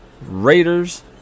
Raiders